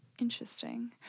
Interesting